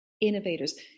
innovators